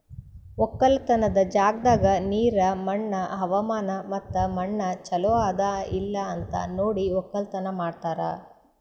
ಒಕ್ಕಲತನದ್ ಜಾಗದಾಗ್ ನೀರ, ಮಣ್ಣ, ಹವಾಮಾನ ಮತ್ತ ಮಣ್ಣ ಚಲೋ ಅದಾ ಇಲ್ಲಾ ಅಂತ್ ನೋಡಿ ಒಕ್ಕಲತನ ಮಾಡ್ತಾರ್